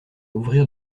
ouvrir